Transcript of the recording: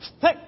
hey